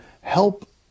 help